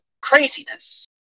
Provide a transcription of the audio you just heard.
craziness